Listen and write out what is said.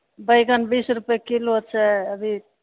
बैगन बीस रूपये किलो छै अभी